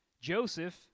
Joseph